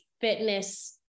fitness